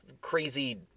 crazy